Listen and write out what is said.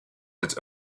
its